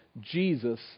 Jesus